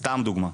סתם דוגמא.